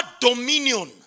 dominion